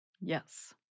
Yes